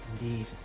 indeed